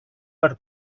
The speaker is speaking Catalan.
per